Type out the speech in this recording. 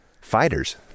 Fighters